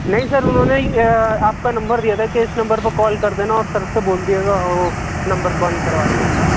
نہیں سر انہوں نے آپ کا نمبر دیا تھا کہ اس نمبر پر کال کر دینا اور سر سے بول دیجئے گا اور وہ نمبر بند کروا دیں گے آپ کا